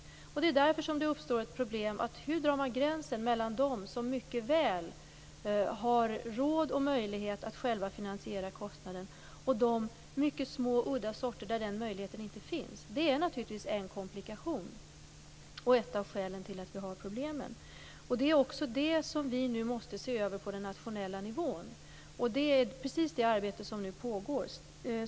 Problemet är hur man skall dra gränsen mellan dem som mycket väl har råd och möjlighet att själva finansiera kostnaden och de mycket små, udda sorter där den möjligheten inte finns. Det är en komplikation och ett av skälen till våra problem. Det är också det vi nu måste se över på nationell nivå. Precis det arbetet pågår nu.